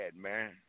man